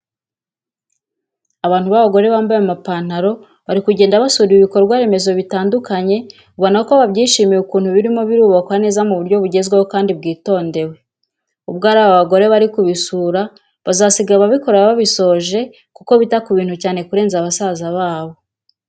Abantu babagore bambaye amapantaro bari kugenda basura ibikorwaremezo bitandukanye ubona ko babyishimiye ukuntu birimo birubakwa neza mu buryo bugezweho kandi bwitondewe, ubwo ari aba bagore bari kubisura bazasiga ababikora babisoje kuko bita ku bintu cyane kurenza basaza babo.